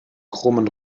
krummen